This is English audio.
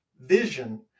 vision